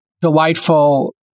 delightful